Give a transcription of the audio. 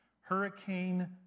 Hurricane